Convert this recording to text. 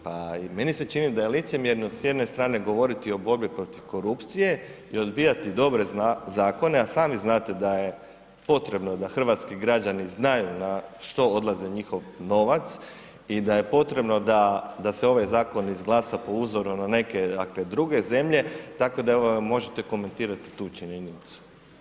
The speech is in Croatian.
Pa i meni se čini da je licemjerno s jedne strane govoriti o borbi protiv korupcije i odbijati dobre zakone, a sami znate da je potrebno da hrvatski građani znaju na što odlazi njihov novac i da je potrebno da se ovaj zakon izglasa po uzoru na neke dakle, druge zemlje, tako da evo, možete komentirati tu činjenicu.